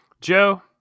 Joe